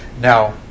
Now